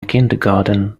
kindergarten